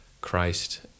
Christ